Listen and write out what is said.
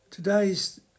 Today's